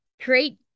create